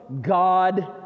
God